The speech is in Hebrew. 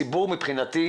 ציבור מבחינתי,